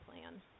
plan